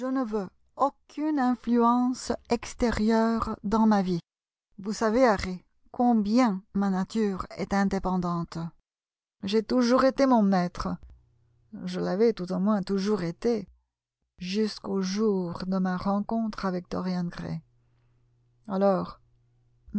ne veux aucune influence extérieure dans ma vie vous savez harry combien ma nature est indépendante j'ai toujours été mon maître je l'avais tout au moins toujours été jusqu'au jour de ma rencontre avec dorian gray alors